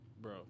bro